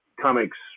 comics